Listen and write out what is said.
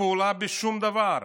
פעולה בשום דבר.